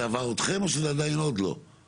זה עבר אתכם או שלא צריך?